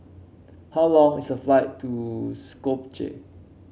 how long is the flight to Skopje